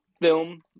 film